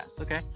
Okay